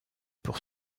pour